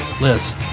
Liz